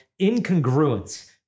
incongruence